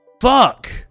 Fuck